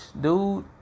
Dude